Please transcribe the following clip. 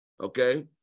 okay